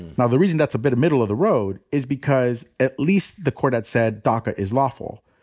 now, the reason that's a bit middle-of-the-road is because at least the court had said daca is lawful.